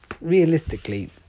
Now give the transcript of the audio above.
realistically